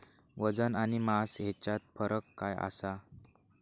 वजन आणि मास हेच्यात फरक काय आसा?